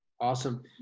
Awesome